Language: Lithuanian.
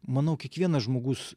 manau kiekvienas žmogus